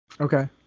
okay